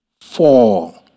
Four